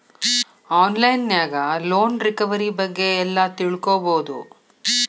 on line ನ್ಯಾಗ loan recovery ಬಗ್ಗೆ ಎಲ್ಲಾ ತಿಳ್ಕೊಬೊದು